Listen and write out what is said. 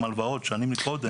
לא משלמת לא חוק אריזות,